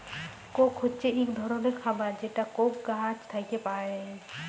Coke হছে ইক ধরলের খাবার যেটা কোক গাহাচ থ্যাইকে পায়